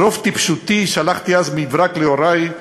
ברוב טיפשותי שלחתי אז מברק להורי,